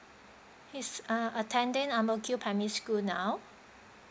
he's ah attending ang mo kio primary school now